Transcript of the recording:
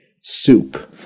soup